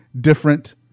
different